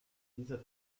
dieser